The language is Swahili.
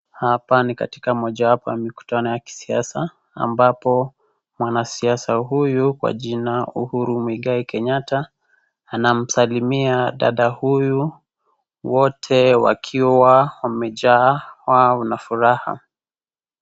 Hapa ni katika moja wapo ya mikutano ya kisiasa ambapo mwanasiasa huyu kwa jina Uhuru Mwigai kenyatta anamsalimia dada huyu, wote wakiwa wamejawa na furaha.